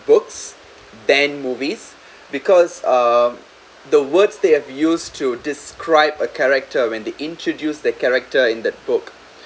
books then movies because um the words they have used to describe a character when they introduced the character in that book